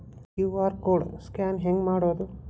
QR code scan ಹೆಂಗ್ ಮಾಡೋದು?